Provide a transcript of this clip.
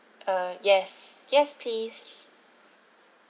uh yes yes please